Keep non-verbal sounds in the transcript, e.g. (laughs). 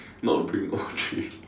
not bring all three (laughs)